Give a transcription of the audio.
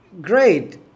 Great